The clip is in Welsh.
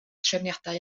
trefniadau